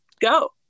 go